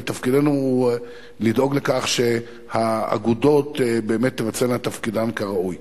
ותפקידנו לדאוג לכך שהאגודות באמת תבצענה את תפקידן כראוי.